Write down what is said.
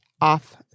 off